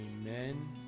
Amen